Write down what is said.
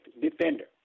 defender